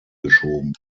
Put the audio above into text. geschoben